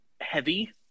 heavy